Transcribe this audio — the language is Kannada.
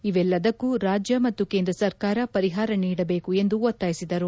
ಇವೆಲ್ಲದಕ್ಕೂ ರಾಜ್ಯ ಮತ್ತು ಕೇಂದ್ರ ಸರ್ಕಾರ ಪರಿಹಾರ ನೀಡಬೇಕು ಎಂದು ಒತ್ತಾಯಿಸಿದರು